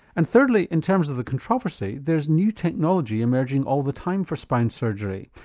and thirdly, in terms of the controversy, there's new technology emerging all the time for spine surgery.